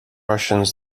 russians